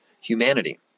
humanity